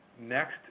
next